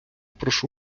прошу